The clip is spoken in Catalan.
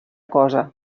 cosa